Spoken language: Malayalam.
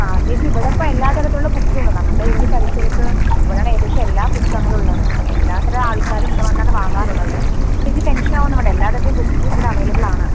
ആ ചേച്ചി ഇവിടെയിപ്പോൾ എല്ലാ തരത്തിലുള്ള ബുക്സുമുണ്ട് നമ്മുടെ ഇവിടെ പരിസരത്ത് ഇവിടെയാണ് ഏകദേശം എല്ലാ പുസ്തകങ്ങളും ഉള്ളത് അപ്പോൾ എല്ലാത്തരം ആൾക്കാരും ഇവിടെ വന്നാണ് വാങ്ങാറുള്ളത് ചേച്ചി ടെൻഷൻ ആവുകയൊന്നും വേണ്ട എല്ലാ തരത്തിലുള്ള ബുക്കും ഇവിടെ അവൈലബിൾ ആണ്